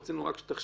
רק רצינו שתחשבו.